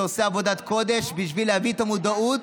שעושה עבודת קודש בשביל להביא את המודעות